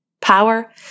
power